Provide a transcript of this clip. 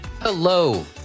hello